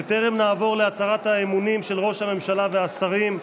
בטרם נעבור להצהרת האמונים של ראש הממשלה והשרים,